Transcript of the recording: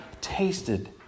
tasted